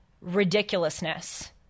ridiculousness